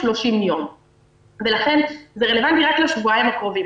לכן זה רלוונטי רק לשבועיים הקרובים.